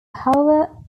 hover